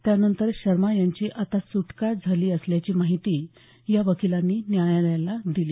त्यानंतर शर्मा यांची आता सुटका झाल्याची माहिती या वकिलांनी न्यायालयाला दिली